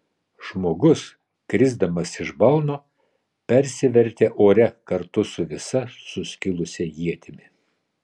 žmogus krisdamas iš balno persivertė ore kartu su visa suskilusia ietimi